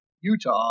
Utah